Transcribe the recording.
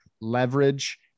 leverage